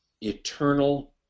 eternal